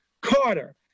Carter